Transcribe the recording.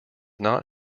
not